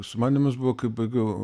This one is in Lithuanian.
sumanymas buvo kai baigiau